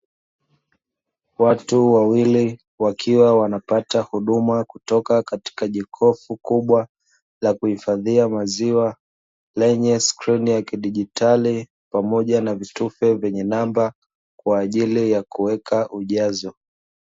Watu wawili wakiwa wanapata huduma kutoka jokofu kubwa la kuhifadhia maziwa, lenye skrini ya kidigitali pamoja na vitufe vyenye namba kwa ajili ya kuweka ujazo.